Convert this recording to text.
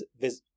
visit